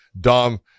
Dom